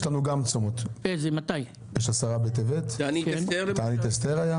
י' בטבת, תענית אסתר,